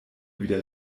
wieder